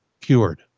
cured